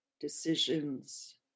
decisions